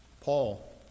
Paul